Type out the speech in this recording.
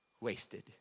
wasted